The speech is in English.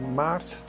maart